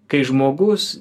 kai žmogus